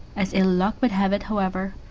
as ill-luck would have it, however,